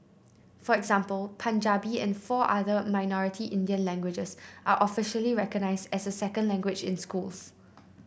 for example Punjabi and four other minority Indian languages are officially recognised as a second language in schools